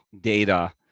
data